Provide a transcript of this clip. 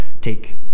take